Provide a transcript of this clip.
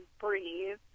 breathe